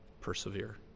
persevere